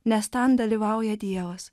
nes ten dalyvauja dievas